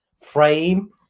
frame